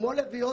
כמו לביאות,